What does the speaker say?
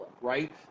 right